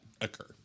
occur